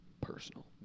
Personal